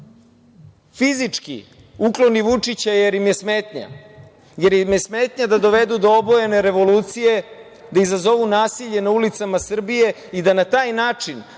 fizički ukloni Vučića jer im je smetnja, jer im je smetnja da dovedu do obojene revolucije, da izazovu nasilje na ulicama Srbije i da na taj način